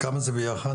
כמה זה ביחד?